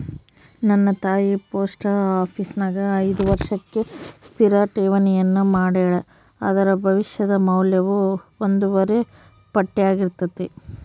ನನ್ನ ತಾಯಿ ಪೋಸ್ಟ ಆಪೀಸಿನ್ಯಾಗ ಐದು ವರ್ಷಕ್ಕೆ ಸ್ಥಿರ ಠೇವಣಿಯನ್ನ ಮಾಡೆಳ, ಅದರ ಭವಿಷ್ಯದ ಮೌಲ್ಯವು ಒಂದೂವರೆ ಪಟ್ಟಾರ್ಗಿತತೆ